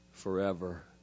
forever